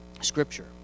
Scripture